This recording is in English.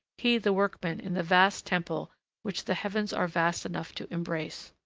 he the workman in the vast temple which the heavens are vast enough to embrace.